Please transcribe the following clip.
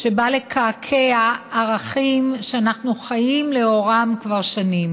שבא לקעקע ערכים שאנחנו חיים לאורם כבר שנים,